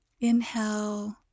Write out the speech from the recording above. Inhale